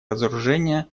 разоружения